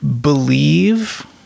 Believe